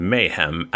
Mayhem